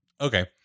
Okay